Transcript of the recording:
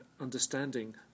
understanding